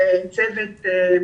צריך